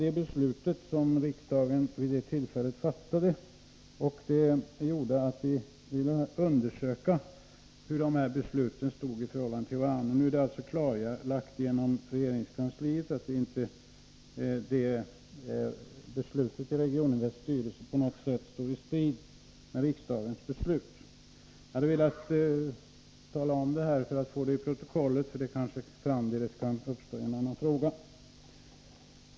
Det beslut som riksdagen vid det tillfället fattade gjorde att vi ville undersöka hur de här besluten stod i förhållande till varandra. Nu är det genom regeringskansliet klarlagt att beslutet i Regioninvests styrelse inte på något sätt står i strid med riksdagens beslut. Jag ville tala om detta för att få det till protokollet, eftersom det framdeles kanske kan uppstå en och annan fråga.